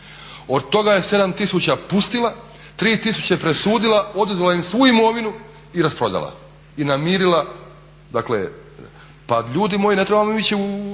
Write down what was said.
Od toga je 7000 pustila, 3000 presudila, oduzela im svu imovinu i rasprodala i namirila. Pa ljudi moji ne trebamo mi ići u